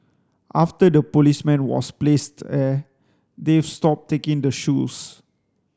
after the policeman was placed there they've stopped taking the shoes